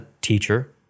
teacher